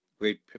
great